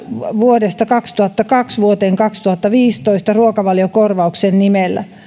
vuodesta kaksituhattakaksi vuoteen kaksituhattaviisitoista ruokavaliokorvauksen nimellä